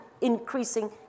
increasing